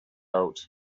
out